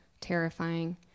terrifying